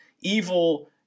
Evil